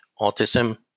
autism